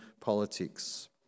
politics